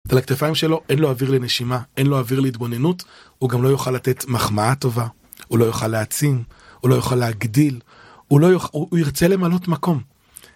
על הכתפיים שלו אין לו אוויר לנשימה, אין לו אוויר להתבוננות, הוא גם לא יוכל לתת מחמאה טובה, הוא לא יוכל להעצים, הוא לא יוכל להגדיל, הוא ירצה למלות מקום.